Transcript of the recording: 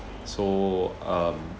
so um